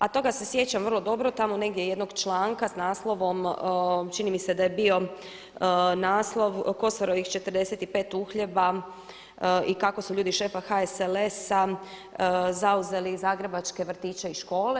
A toga se sjećam vrlo dobro, tamo negdje jednog članka s naslovom čini mi se da je bio naslov „Kosorovih 45 uhljeba“ i kako su ljudi šefa HSLS-a zauzeli zagrebačke vrtiće i škole.